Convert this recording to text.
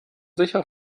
sicher